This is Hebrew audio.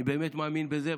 אני באמת מאמין בזה.